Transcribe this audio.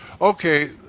okay